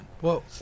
Whoa